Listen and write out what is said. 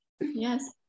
yes